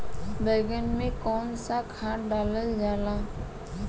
बैंगन में कवन सा खाद डालल जाला?